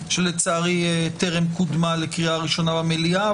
שלצערי טרם קודמה לקריאה ראשונה במליאה,